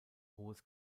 hohes